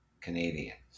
Canadians